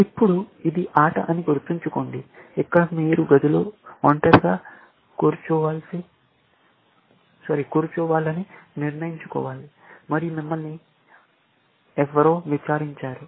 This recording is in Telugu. ఇప్పుడు ఇది ఆట అని గుర్తుంచుకోండి ఇక్కడ మీరు గదిలో ఒంటరిగా కూర్చోవాలని నిర్ణయించుకోవాలి మరియు మిమ్మల్ని ఎవరో విచారించారు